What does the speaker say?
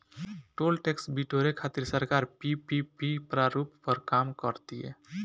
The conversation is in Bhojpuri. टोल टैक्स बिटोरे खातिर सरकार पीपीपी प्रारूप पर काम कर तीय